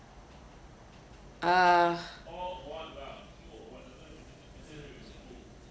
uh